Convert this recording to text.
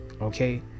okay